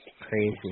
Crazy